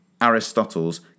Aristotle's